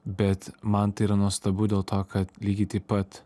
bet man tai yra nuostabu dėl to kad lygiai taip pat